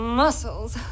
muscles